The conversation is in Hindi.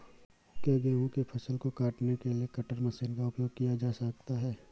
क्या गेहूँ की फसल को काटने के लिए कटर मशीन का उपयोग किया जा सकता है?